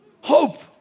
Hope